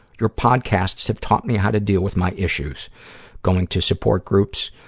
your podcasts have taught me how to deal with my issues going to support groups,